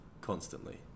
constantly